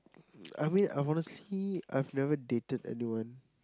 I mean I'm honestly I've never dated anyone